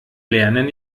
lernen